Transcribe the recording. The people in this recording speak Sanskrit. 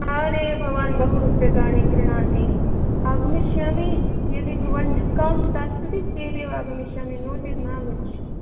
आरे भवान् बहु रूप्यकाणि गृह्णाति आगमिष्यामि यदि भवान् डिस्काौण्ट् दास्यति चेदेव आगमिष्यामि नो चेत् न आगमिष्यामि